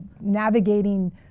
navigating